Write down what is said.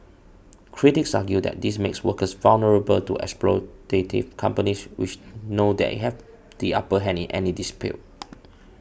critics argue that this makes workers vulnerable to exploitative companies which know they have the upper hand in any dispute